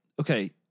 okay